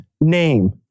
name